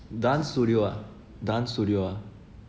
dance studio ah dance studio ah